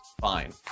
Fine